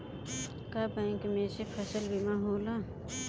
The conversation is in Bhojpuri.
का बैंक में से फसल बीमा भी होला?